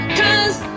cause